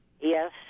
Yes